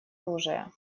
оружия